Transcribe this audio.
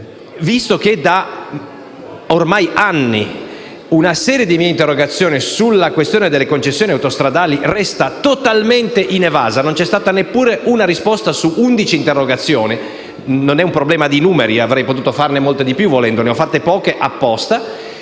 visto che ormai da anni una serie di mie interrogazioni sulle questioni delle concessioni autostradali resta totalmente inevasa (non c'è stata neppure una risposta su 11 interrogazioni, ma non è un problema di numeri, avrei potuto presentarne molte di più e mi sono limitato apposta),